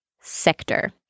sector